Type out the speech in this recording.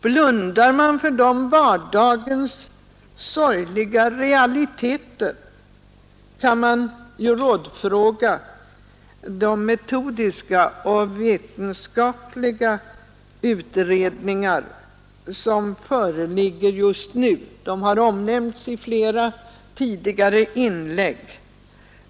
Blundar man för dessa vardagens sorgliga realiteter, kan man ju rådfråga de metodiska och vetenskapliga undersökningar som föreligger just nu. De har nämnts i flera tidigare inlägg.